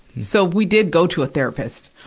so, we did go to a therapist.